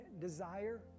desire